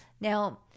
now